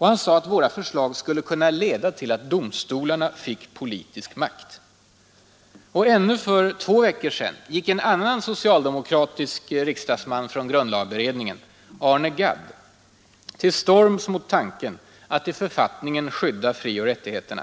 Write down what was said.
Han sade att våra förslag skulle ”kunna leda till att domstolarna fick politisk makt”. Och ännu för två veckor sedan gick en annan socialdemokratisk riksdagsman från grundlagberedningen, Arne Gadd, till storms mot tanken att i författningen skydda frioch rättigheterna.